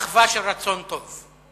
מחווה של רצון טוב.